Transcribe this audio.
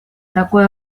такой